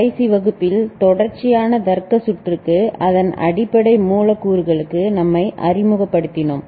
கடைசி வகுப்பில் தொடர்ச்சியான தர்க்க சுற்றுக்கு அதன் அடிப்படை முதன்மை கூறுகளுக்கு நம்மை அறிமுகப்படுத்தினோம்